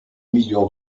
million